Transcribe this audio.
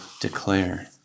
declare